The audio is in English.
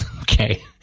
Okay